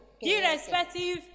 Irrespective